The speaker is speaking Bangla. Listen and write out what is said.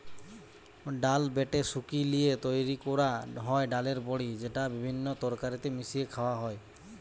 ডাল বেটে শুকি লিয়ে তৈরি কোরা হয় ডালের বড়ি যেটা বিভিন্ন তরকারিতে মিশিয়ে খায়া হয়